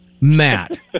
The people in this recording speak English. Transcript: Matt